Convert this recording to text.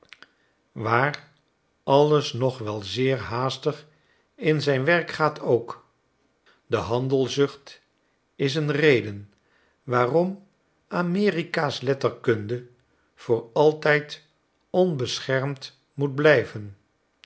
waar alles nog wel zeer haastig in zijn werk gaat ook de handelzucht is een reden waarom a m e r i k a j s letterkunde voor altijd onbeschermd moet blijven